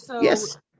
Yes